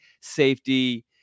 safety